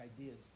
ideas